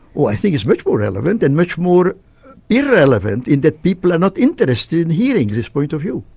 oh, i think it's much more relevant and much more irrelevant in that people are not interested in hearing this point of view.